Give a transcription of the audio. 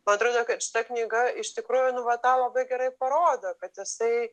man atrodo kad šita knyga iš tikrųjų nu vat tą labai gerai parodo kad jisai